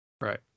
Right